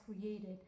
created